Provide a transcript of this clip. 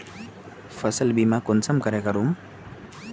फसल बीमा कुंसम करे करूम?